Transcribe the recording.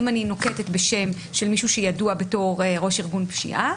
אם אני נוקטת בשם של מישהו שידוע בתור ראש ארגון פשיעה,